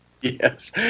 Yes